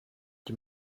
die